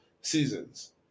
seasons